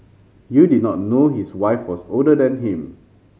you did not know his wife was older than him